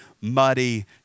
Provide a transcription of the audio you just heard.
muddy